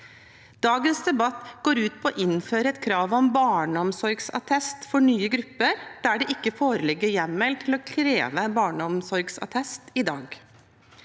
Dagens debatt går ut på å innføre et krav om barneomsorgsattest for nye grupper der det ikke foreligger hjemmel til å kreve barneomsorgsattest i dag.